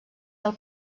del